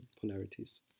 polarities